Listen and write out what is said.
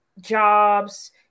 jobs